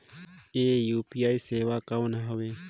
ये यू.पी.आई सेवा कौन हवे?